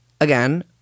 again